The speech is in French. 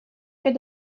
que